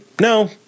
no